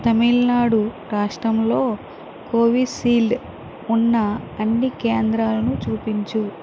తమిళనాడు రాష్ట్రంలో కోవిషీల్డ్ ఉన్న అన్ని కేంద్రాలను చూపించు